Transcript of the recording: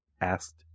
asked